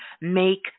make